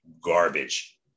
garbage